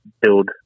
build